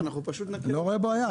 אני לא רואה בעיה.